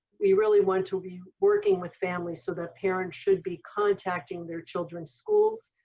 we really want to be working with families so that parents should be contacting their children's schools.